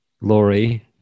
Lori